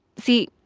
see,